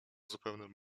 zupełnym